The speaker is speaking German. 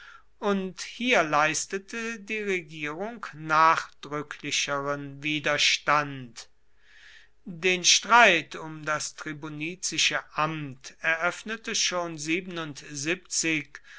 und hier leistete die regierung nachdrücklicheren widerstand den streit um das tribunizische amt eröffnete schon